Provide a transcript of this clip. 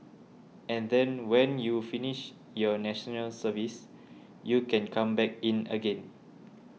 and then when you finish your National Services you can come back in again